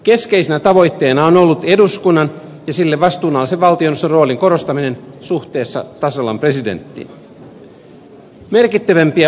keskeisenä tavoitteena on ollut eduskunnan ja sille vastuunalaisen valtioneuvoston roolin korostaminen suhteessa tasavallan presidenttiin